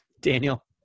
Daniel